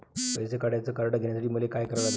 पैसा काढ्याचं कार्ड घेण्यासाठी मले काय करा लागन?